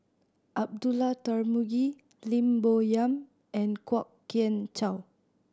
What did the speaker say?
Abdullah Tarmugi Lim Bo Yam and Kwok Kian Chow